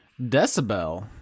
Decibel